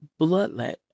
bloodlet